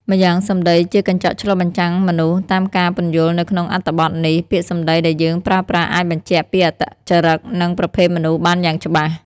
ម្យ៉ាងសម្ដីជាកញ្ចក់ឆ្លុះបញ្ចាំងមនុស្ស តាមការពន្យល់នៅក្នុងអត្ថបទនេះ ពាក្យសម្ដីដែលយើងប្រើប្រាស់អាចបញ្ជាក់ពីអត្តចរិត និងប្រភេទមនុស្សបានយ៉ាងច្បាស់។